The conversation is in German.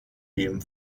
dem